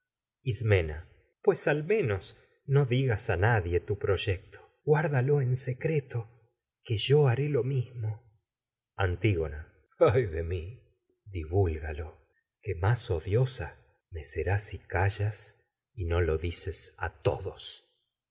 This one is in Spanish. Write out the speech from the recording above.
ismena pues al menos no digas a nadie tu pro yecto guárdalo en secreto antígona serás si que yo haré lo mismo que ay de y mi divúlgalo a más odiosa me callas no lo dices corazón todos